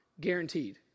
guaranteed